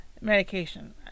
medication